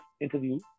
interview